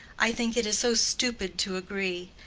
i think it is so stupid to agree.